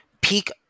peak